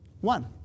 One